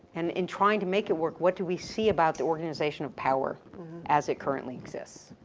and in trying to make it work, what do we see about the organization of power as it currently exists?